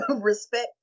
respect